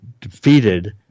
defeated